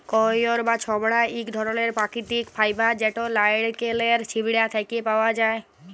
কইর বা ছবড়া ইক ধরলের পাকিতিক ফাইবার যেট লাইড়কেলের ছিবড়া থ্যাকে পাউয়া যায়